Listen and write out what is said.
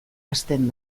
hasten